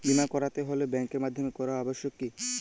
বিমা করাতে হলে ব্যাঙ্কের মাধ্যমে করা আবশ্যিক কি?